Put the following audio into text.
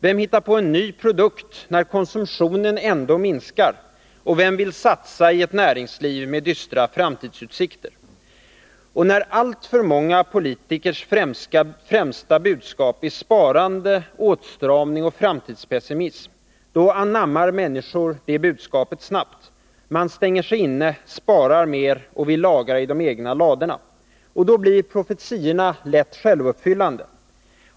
Vem hittar på en ny produkt när konsumtionen ändå minskar? Vem vill satsa i ett näringsliv med dystra framtidsutsikter? När alltför många politikers främsta budskap är sparande, åtstramning och framtidspessimism, anammar människor snabbt budskapet. Man stänger sig inne, sparar mer, vill lagra i de egna ladorna. Profetiorna blir då lätt självuppfyllande.